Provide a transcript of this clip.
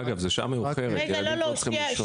אגב, זאת שעה מאוחרת, ילדים כבר צריכים לישון.